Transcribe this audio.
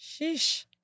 sheesh